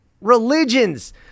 religions